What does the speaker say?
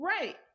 Right